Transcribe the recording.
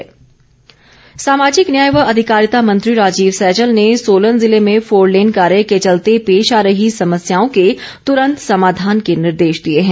सैजल सामाजिक न्याय व अधिकारिता मंत्री राजीव सैजल ने सोलन जिले में फोरलेन कार्य के चलते पेश आ रही समस्याओं के तूरंत समाधान के निर्देश दिए हैं